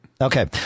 Okay